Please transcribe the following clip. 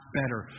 better